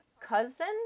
cousin